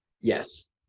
Yes